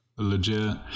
Legit